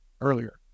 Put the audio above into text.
earlier